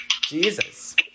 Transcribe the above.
Jesus